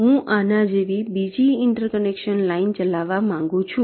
હું આના જેવી બીજી ઇન્ટર કનેક્શન લાઇન ચલાવવા માંગુ છું